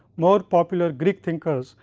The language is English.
more popular greek thinkers,